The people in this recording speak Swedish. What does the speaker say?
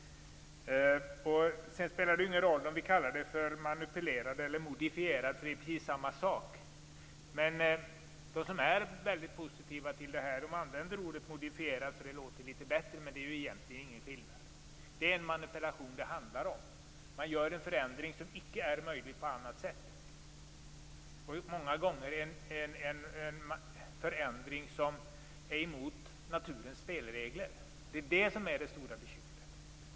Sedan spelar det ingen roll om vi kallar det för manipulerad eller modifierad. Det är precis samma sak. De som är mycket positiva till det här använder ordet modifiera, för det låter litet bättre. Men det är egentligen ingen skillnad. Det är en manipulation det handlar om. Man gör en förändring som icke är möjligt på annat sätt. Många gånger är det en förändring som är emot naturens spelregler. Det är det som är det stora bekymret.